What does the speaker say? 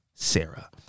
Sarah